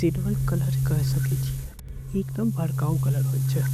शांत स्वभाव के होय छे।